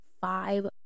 five